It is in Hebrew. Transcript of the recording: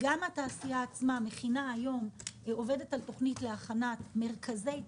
התעשייה עצמה עובדת על תוכנית להכנת מרכזי תעסוקה,